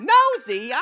Nosy